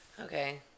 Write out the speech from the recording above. Okay